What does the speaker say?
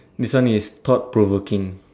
this one is thought provoking